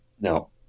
No